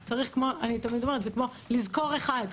אני תמיד אומרת שזה כמו לזכור אחד,